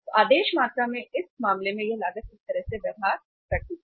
तो आदेश मात्रा में इस मामले में यह लागत इस तरह से व्यवहार करती है